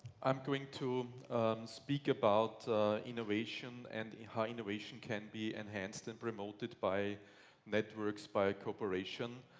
i am going to speak about innovation and how innovation can be enhanced and promoted by networks by cooperation.